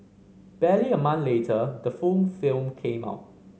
barely a month later the full film came out